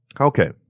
Okay